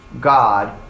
God